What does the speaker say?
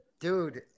dude